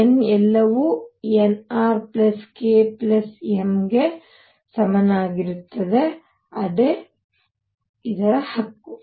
N ಎಲ್ಲವು nr k |m| ಗೆ ಸಮನಾಗಿರುತ್ತದೆ ಅದೇ ಹಕ್ಕು